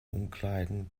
umkleiden